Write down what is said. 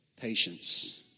patience